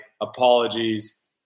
Apologies